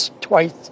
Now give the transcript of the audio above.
twice